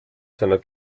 seiner